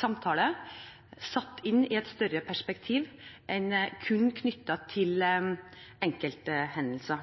samtale, satt inn i et større perspektiv enn kun knyttet til enkelthendelser?